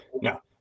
no